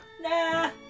Nah